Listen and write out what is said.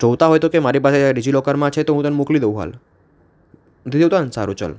જોઈતાં હોય તો કહે મારી પાસે ડિજીલોકરમાં છે તો હું તને મોકલી દઉં હાલ નથી જોઈતાંને સારું ચલ